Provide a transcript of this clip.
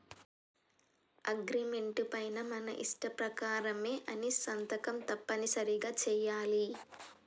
agreement పైన మన ఇష్ట ప్రకారమే అని సంతకం తప్పనిసరిగా చెయ్యాలి